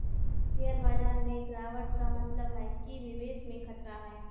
share बाजार में गिराबट का मतलब है कि निवेश में खतरा है